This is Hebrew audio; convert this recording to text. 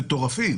מטורפים